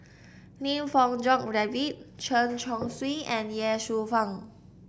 Lim Fong Jock David Chen Chong Swee and Ye Shufang